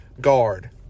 guard